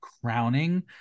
crowning